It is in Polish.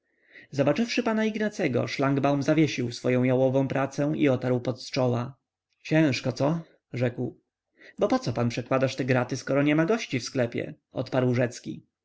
zobaczywszy pana ignacego szlangbaum zawiesił swoję jałową pracę i otarł pot z czoła ciężko co rzekł bo poco pan przekładasz te graty skoro niema gości w sklepie odparł rzecki